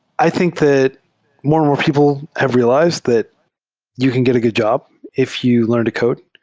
i think that more and more people have realized that you can get a good job if you learn to code.